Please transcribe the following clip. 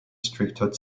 stricter